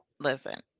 listen